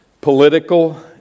political